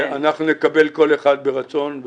אנחנו נקבל כל אחד ברצון.